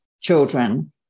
children